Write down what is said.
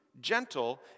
gentle